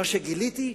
מה שגיליתי,